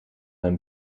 mijn